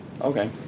Okay